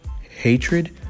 hatred